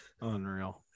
Unreal